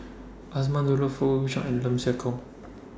Azman Abdullah Fong Chong and Lim Siah Tong